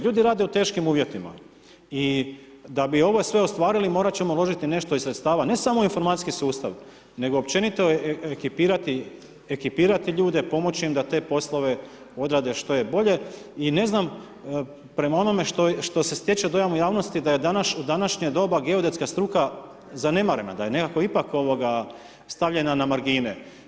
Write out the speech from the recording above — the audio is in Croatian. Ljudi rade u teškim uvjetima i da bi ovo sve ostvarili, morat ćemo uložiti nešto iz sredstava ne samo u informacijski sustav nego općenito ekipirati ljude, pomoći im da te poslove odrade što je bolje i ne znam prema onom što se stječe dojam u javnost da je u današnje doba geodetska struka zanemarena, da je nekako ipak stavljena na margine.